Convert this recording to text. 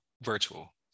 virtual